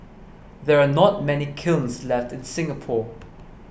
there are not many kilns left in Singapore